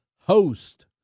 host